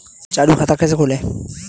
चालू खाता कैसे खोलें?